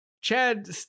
Chad